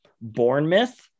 Bournemouth